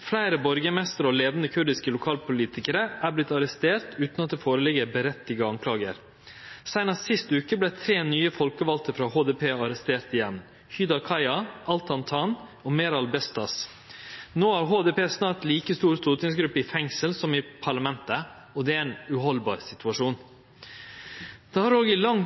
Fleire borgarmeistrar og leiande kurdiske lokalpolitikarar har vorte arresterte utan at det ligg føre rettkomne skuldingar. Sist veke vart tre nye folkevalde frå HDP arresterte: Huda Kaya, Altan Tan og Meral Bestas. No har HDP snart ei like stor stortingsgruppe i fengsel som i parlamentet, og det er ein uhaldbar situasjon. Det har òg i lang